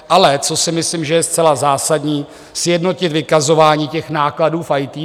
Ale co si myslím, že je zcela zásadní, sjednotit vykazování těch nákladů v IT.